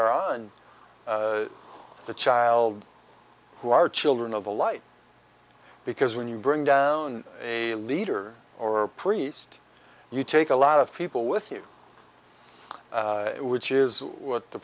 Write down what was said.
are on the child who are children of the light because when you bring down a leader or a priest you take a lot of people with you which is what the